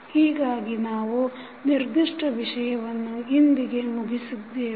ಹೀಗಾಗಿ ನಾವು ನಿರ್ದಿಷ್ಟ ವಿಷಯವನ್ನು ಇಂದಿಗೆ ಮುಗಿಸಿದ್ದೇವೆ